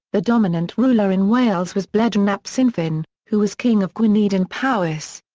the dominant ruler in wales was bleddyn ap cynfyn, who was king of gwynedd and powys.